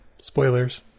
Spoilers